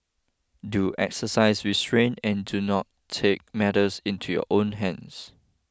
do exercise restraint and do not take matters into your own hands